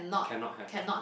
cannot have ah